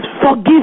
Forgive